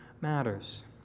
matters